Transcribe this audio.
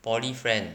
poly friend